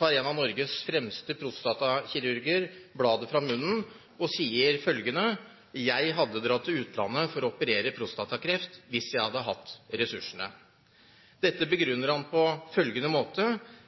tar en av Norges fremste prostatakirurger bladet fra munnen og sier følgende: «Jeg hadde dratt til utlandet for å operere prostatakreft, hvis jeg hadde hatt ressursene.» Dette begrunner han på følgende måte: